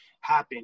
happen